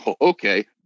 Okay